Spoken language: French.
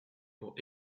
pour